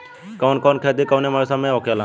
कवन कवन खेती कउने कउने मौसम में होखेला?